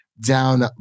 down